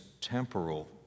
temporal